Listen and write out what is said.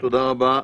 תודה רבה.